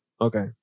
Okay